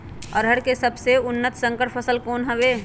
अरहर के सबसे उन्नत संकर फसल कौन हव?